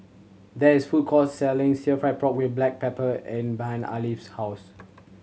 there is food court selling sill fry pork with black pepper and behind Alfie's house